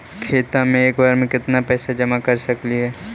खाता मे एक बार मे केत्ना पैसा जमा कर सकली हे?